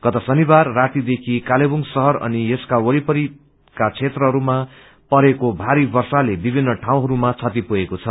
गत शनिबार रातीदेखि कालेबुङ शहर अनि यसका वरिपरि क्षेत्रहरूमा परेको भारी वर्षाको विभिन्न ठाउँहरूमा क्षति पुगेको छ